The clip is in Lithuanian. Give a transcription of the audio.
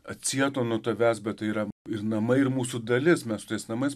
atsieto nuo tavęs bet tai yra ir namai ir mūsų dalis mes tais namais